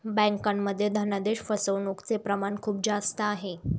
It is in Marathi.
बँकांमध्ये धनादेश फसवणूकचे प्रमाण खूप जास्त आहे